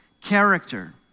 character